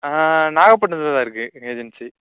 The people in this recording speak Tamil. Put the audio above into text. நாகப்பட்டினத்தில் தான் இருக்கு எங்கள் ஏஜென்சி